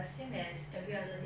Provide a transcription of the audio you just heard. use my phone again